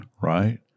right